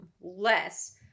less